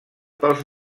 pels